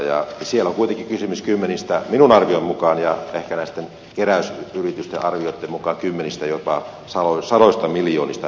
siellä on kuitenkin kysymys minun arvioni ja ehkä näitten keräysyritysten arvioitten mukaan kymmenistä jopa sadoista miljoonista euroista